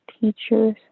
teachers